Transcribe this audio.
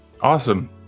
Awesome